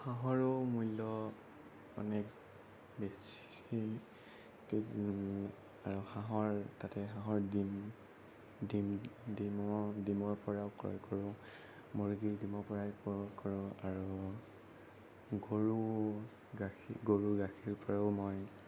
হাঁহৰো মূল্য মানে বেছি আৰু হাঁহৰ তাতে হাঁহৰ ডিম ডিম ডিম' ডিমৰ পৰাও ক্ৰয় কৰোঁ মূৰ্গীৰ ডিমৰ পৰাও ক্ৰয় কৰোঁ আৰু গৰু গাখীৰ গৰু গাখীৰৰ পৰাও মই